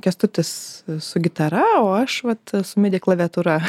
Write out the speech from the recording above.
kęstutis su gitara o aš vat midi klaviatūra